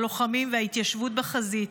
הלוחמים וההתיישבות בחזית.